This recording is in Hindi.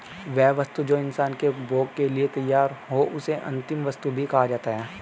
वह वस्तु जो इंसान के उपभोग के लिए तैयार हो उसे अंतिम वस्तु भी कहा जाता है